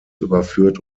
überführt